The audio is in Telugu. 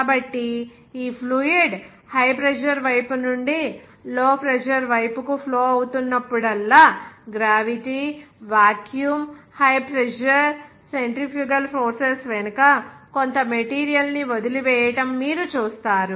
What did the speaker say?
కాబట్టి ఈ ఫ్లూయిడ్ హై ప్రెజర్ వైపు నుండి లో ప్రెజర్ వైపు కు ఫ్లో అవుతున్నపుడల్లా gravity vacuum high pressure centrifugal forces వెనుక కొంత మెటీరియల్ ని వదిలివేయడం మీరు చూస్తారు